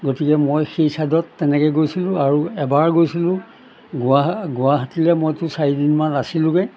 গতিকে মই সেই চাইডত তেনেকৈ গৈছিলোঁ আৰু এবাৰ গৈছিলোঁ গুৱা গুৱাহাটীলে মইতো চাৰিদিনমান আছিলোগৈ